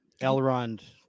elrond